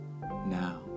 Now